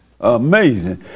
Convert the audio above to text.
Amazing